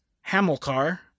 Hamilcar